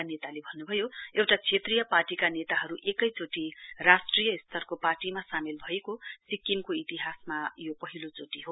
वहाँले भन्नुभयो एउटा क्षेत्रीय पार्टीका नेताहरु एकैचोटि राष्ट्रिय स्तरको पार्टीमा सामेल भएको सिक्किमको इतिहासमा पहिलो चोटि हो